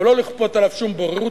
ולא לכפות עליו שום בוררות,